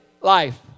life